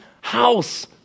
house